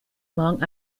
long